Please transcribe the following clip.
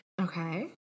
okay